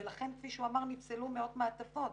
ולכן, כפי שהוא אמר, נפסלו מאות מעטפות.